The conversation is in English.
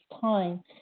time